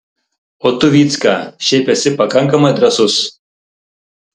o tu vycka šiaip esi pakankamai drąsus